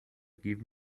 give